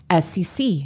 SEC